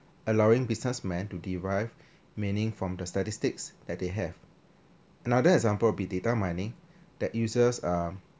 allowing businessman to derive meaning from the statistics that they have another example will be data mining that uses um